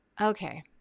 okay